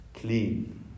clean